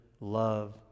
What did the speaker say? love